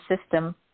system